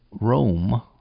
Rome